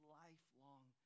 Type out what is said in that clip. lifelong